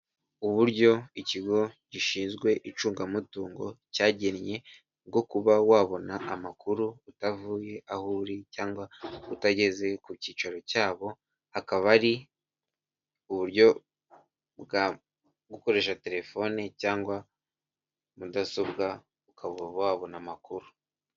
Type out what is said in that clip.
Uburyo ikigo gishinzwe icungamutungo cyagennye bwo kuba wabona amakuru utavuye aho uri cyangwa utageze ku cyicaro cyabo, hakaba ari uburyo bwo gukoresha telefoni cyangwa mudasobwa ukaba wabona amakuru.